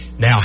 Now